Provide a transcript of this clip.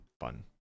fun